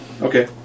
Okay